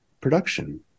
production